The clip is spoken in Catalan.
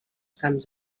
camps